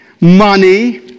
money